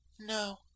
No